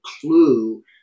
clue